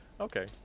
Okay